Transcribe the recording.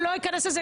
אני לא אכנס לזה,